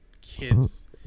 kids